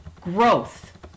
growth